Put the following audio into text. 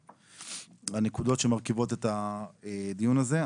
הנקודות שמרכיבות את הדיון הזה.